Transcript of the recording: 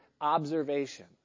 observation